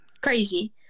crazy